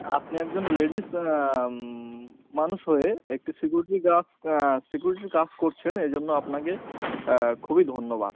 আপনি একজন লেডিজ মানুষ হয়ে একটি সিকিউরিটি গার্ড সিকিউরিটির কাজ করছেন এজন্য আপনাকে খুবই ধন্যবাদ